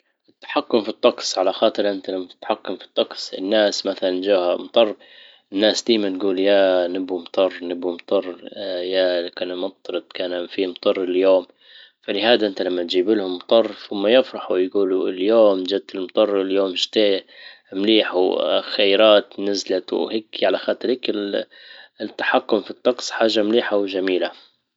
التحكم في الطقس على خاطر انت لما تتحكم في الطقس. الناس مثلا جاها مطر الناس ديما تجول يا نبو مطر نبو مطر يا كان مطرت ياكان فيه مطر اليوم. فلهذا انت لما تجيب لهم مطر ثم يفرحوا يجولوا اليوم جت المطر اليوم شتيه مليح خيرات نزلت وهيك على خاطرك. التحكم في الطقس حاجة مليحة وجميلة.